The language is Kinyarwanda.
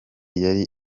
yari